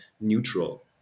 neutral